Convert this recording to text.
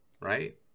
Right